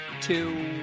two